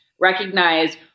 recognize